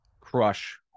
crush-